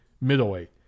middleweight